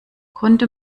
konnte